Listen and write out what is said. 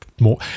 more